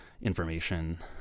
information